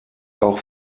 auch